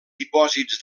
dipòsits